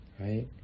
right